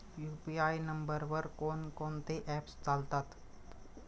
UPI नंबरवर कोण कोणते ऍप्स चालतात?